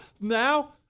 Now